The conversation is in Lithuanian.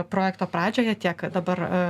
projekto pradžioje tiek dabar